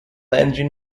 engine